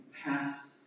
past